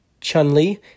Chun-Li